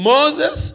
Moses